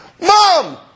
Mom